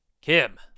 Kim